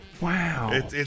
Wow